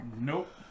nope